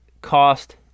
Cost